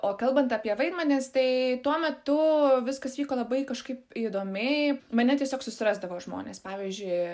o kalbant apie vaidmenis tai tuo metu viskas vyko labai kažkaip įdomiai mane tiesiog susirasdavo žmonės pavyzdžiui